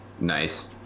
nice